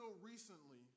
recently